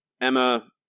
emma